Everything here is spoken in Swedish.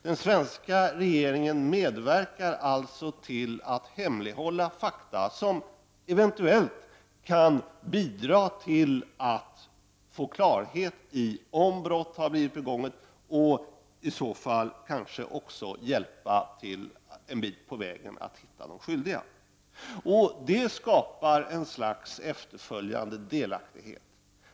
Den svenska regeringen medverkar alltså till att fakta hemlighålles, som eventuellt kan bidra till att klarhet erhålls om huruvida brott har begåtts och som i så fall kanske kan bidra till att man kommer en bit på vägen när det gäller att hitta de skyldiga. Detta skapar ett slags efterföljande delaktighet.